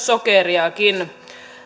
sokeriakin